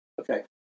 Okay